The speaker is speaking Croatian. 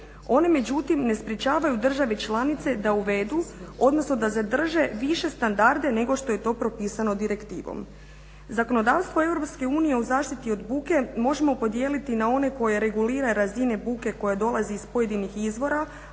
Oni međutim ne sprečavaju državi članice da uvedu odnosno da zadrže više standarde nego što je to propisano direktivom. Zakonodavstvo EU u zaštiti od buke možemo podijeliti na one koje regulira razina buke koja dolazi iz pojedinih izvora,